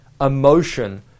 emotion